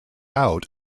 out